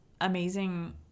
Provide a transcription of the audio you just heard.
amazing